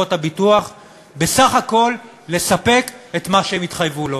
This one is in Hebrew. הביטוח בסך הכול לספק את מה שהן התחייבו לו,